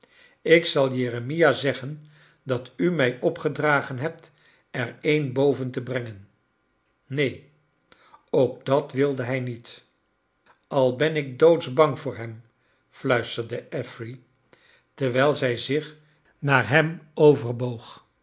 ik zal jeremia zeggen dat a mij opgedragen hebt er een boven te brengen neen ook dat wilde hij niet ai ben ik doodsbang voor hem fluisterde affery terwijl zij zich naar hem overboog